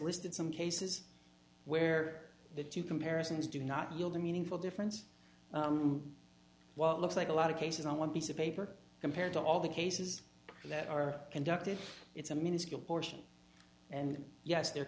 listed some cases where the two comparisons do not yield a meaningful difference on what looks like a lot of cases i want piece of paper compared to all the cases that are conducted it's a minuscule portion and yes there